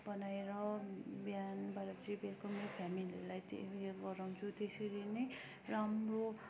खाना बनाएर बिहानबाट चाहिँ बेलुका म फेमिलीलाई चाहिँ उयो गराउँछु त्यसरी नै राम्रो